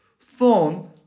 Thorn